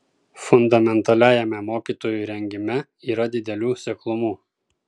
fundamentaliajame mokytojų rengime yra didelių seklumų